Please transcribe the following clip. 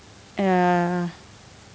ya